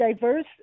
diverse